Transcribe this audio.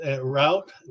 route